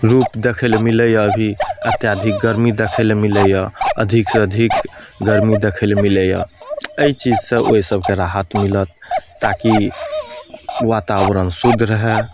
रूप देखैलऽ मिलैए अभी अत्याधिक गरमी देखैलऽ मिलैए अधिकसँ अधिक गरमी देखैलऽ मिलैए एहि चीजसँ ओहि सभके राहत मिलत ताकि वातावरण शुद्ध रहै